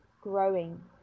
growing